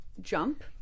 jump